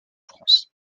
france